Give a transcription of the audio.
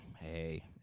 Hey